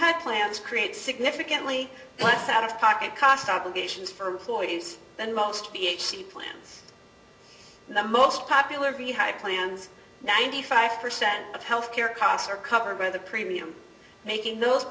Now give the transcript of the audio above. had plans create significantly less out of pocket cost obligations for floyd's then most b h c plans the most popular view high plans ninety five percent of health care costs are covered by the premium making those